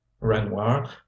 Renoir